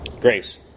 Grace